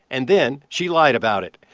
and then she lied about it.